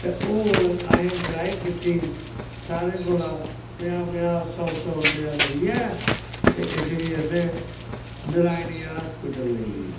ते हून असें ग्राही कीती सारें कोला पंजाह् पंजाह् सौ सौ रपेआ लेइयै ते इसगी असें नराइनियां हास्पिटल लेई गे